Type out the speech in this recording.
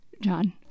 John